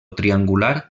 triangular